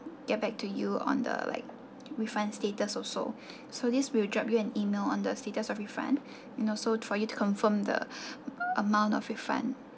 get back to you on the like refund status also so this we'll drop you an email on the status of refund and also for you to confirm the amount of refund